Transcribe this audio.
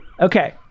Okay